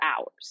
hours